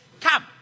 Come